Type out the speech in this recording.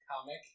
comic